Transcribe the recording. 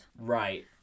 right